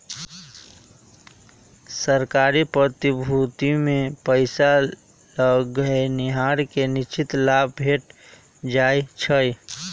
सरकारी प्रतिभूतिमें पइसा लगैनिहार के निश्चित लाभ भेंट जाइ छइ